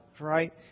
Right